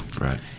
Right